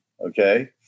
Okay